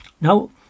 Now